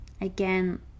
Again